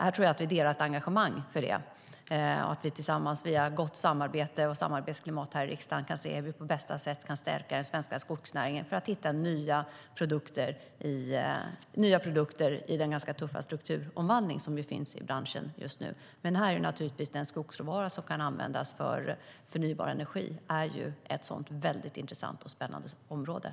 Här tror jag att vi delar ett engagemang så att vi tillsammans via gott samarbete och gott samarbetsklimat här i riksdagen kan se hur man på bästa sätt kan stärka den svenska skogsnäringen för att hitta nya produkter i den ganska tuffa strukturomvandling som sker i branschen just nu. Den skogsråvara som kan användas för förnybar energi är ju ett väldigt intressant och spännande område.